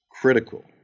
critical